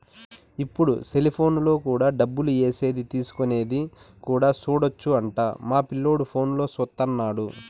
ఇప్పుడు సెలిపోనులో కూడా డబ్బులు ఏసేది తీసుకునేది కూడా సూడొచ్చు అంట మా పిల్లోడు ఫోనులో చూత్తన్నాడు